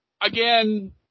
again